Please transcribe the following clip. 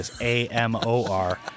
A-M-O-R